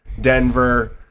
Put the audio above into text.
Denver